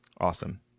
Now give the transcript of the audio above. Awesome